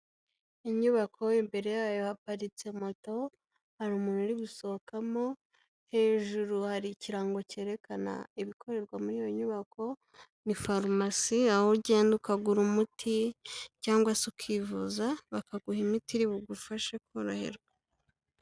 Inyubako, imbere yayo haparitse moto, hari umuntu uri gusohokamo, hejuru hari ikirango cyerekana ibikorerwa muri iyo nyubako, ni farumasi aho ugenda ukagura umuti cyangwa se ukivuza bakaguha imiti iri bugufashe koroherwa.